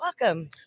welcome